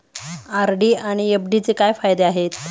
RD आणि एफ.डीचे काय फायदे आहेत?